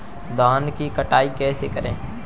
धान की कटाई कैसे करें?